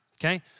okay